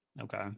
okay